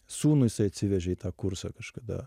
sūnų jisai atsivežė į tą kursą kažkada